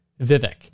Vivek